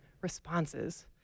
responses